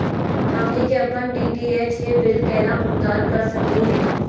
हमनी के अपन डी.टी.एच के बिल केना भुगतान कर सकली हे?